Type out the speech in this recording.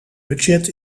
budget